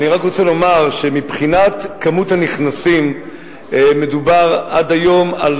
אני רק רוצה לומר שמבחינת כמות הנכנסים מדובר עד היום על